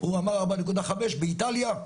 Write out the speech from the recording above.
הוא אמר 4.5 באיטליה.